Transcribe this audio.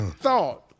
thought